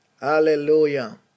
Hallelujah